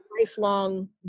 lifelong